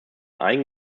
einigen